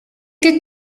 que